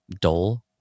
Dole